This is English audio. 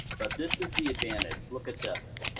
but this is the advantage, look at this,